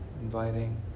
inviting